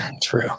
True